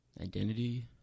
identity